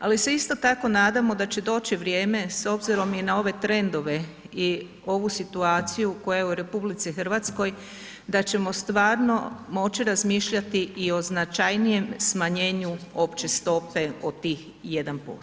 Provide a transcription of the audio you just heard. Ali se isto tako nadamo da će doći vrijeme s obzirom i na ove trendove i ovu situaciju koja je u RH da ćemo stvarno moći razmišljati i o značajnijem smanjenju opće stope o tih 1%